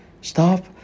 Stop